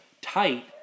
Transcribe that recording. tight